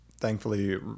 thankfully